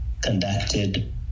conducted